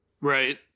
Right